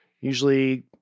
usually